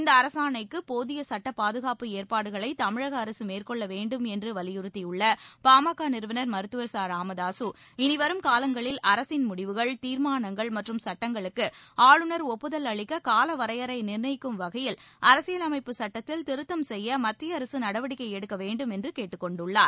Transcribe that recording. இந்த அரசாணைக்கு போதிய சட்ட பாதுகாப்பு ஏற்பாடுகளை தமிழக அரசு மேற்கொள்ள வேண்டும் என்று வலியுறுத்தியுள்ள பா ம க நிறுவனா் மருத்துவா் ச ராமதாக இனிவரும் காலங்களில் அரசின் முடிவுகள் தீர்மானங்கள் மற்றும் சட்டங்களுக்கு ஆளுநர் ஒப்புதல் அளிக்க கால வரையறை நிர்ணயிக்கும் வகையில் அரசியல் அமைப்பு சுட்டத்தில் திருத்தம் செய்ய மத்திய அரசு நடவடிக்கை எடுக்க வேண்டும் என்று கேட்டுக்கொண்டுள்ளார்